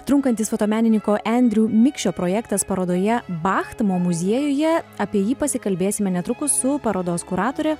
trunkantis fotomenininko endriu mikšio projektas parodoje bacht mo muziejuje apie jį pasikalbėsime netrukus su parodos kuratore